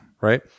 Right